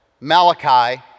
Malachi